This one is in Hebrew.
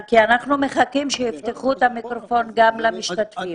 אנחנו מחכים שיפתחו את המיקרופון גם למשתתפים.